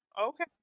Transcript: Okay